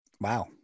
Wow